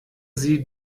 sie